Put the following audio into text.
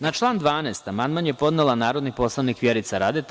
Na član 12. amandman je podnela narodni poslanik Vjerica Radeta.